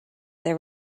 their